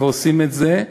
ועושים את זה,